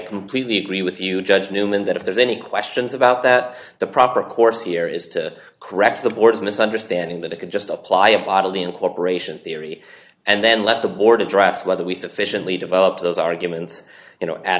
completely agree with you judge newman that if there's any questions about that the proper course here is to correct the board's mis understanding that it could just apply a bodily incorporation theory and then let the ward a draft whether we sufficiently developed a those arguments you know add